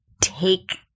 take